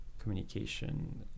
communication